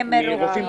מרופאים